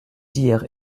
dire